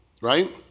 Right